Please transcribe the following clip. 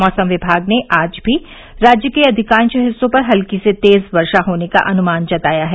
मौसम विभाग ने आज भी राज्य के अधिकांश स्थानों पर हल्की से तेज वर्षा होने का अनुमान जताया है